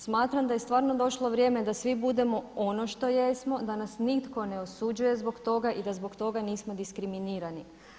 Smatram da je stvarno došlo vrijeme da svi budemo ono što jesmo, da nas nitko ne osuđuje zbog toga i da zbog toga nismo diskriminirani.